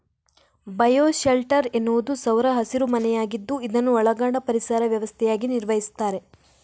bio shelter ಎನ್ನುವುದು ಸೌರ ಹಸಿರು ಮನೆಯಾಗಿದ್ದು ಇದನ್ನು ಒಳಾಂಗಣ ಪರಿಸರ ವ್ಯವಸ್ಥೆಯಾಗಿ ನಿರ್ವಹಿಸ್ತಾರೆ